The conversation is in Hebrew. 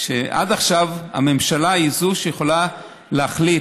עד עכשיו הממשלה היא זו שיכולה להחליט